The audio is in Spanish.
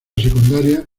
secundaria